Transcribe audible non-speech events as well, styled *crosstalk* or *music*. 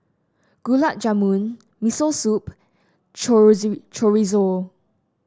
Gulab Jamun Miso Soup *unintelligible* Chorizo